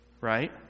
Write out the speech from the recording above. Right